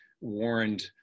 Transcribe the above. warned